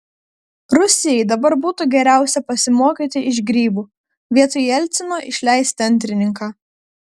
rusijai dabar būtų geriausia pasimokyti iš grybų vietoj jelcino išleisti antrininką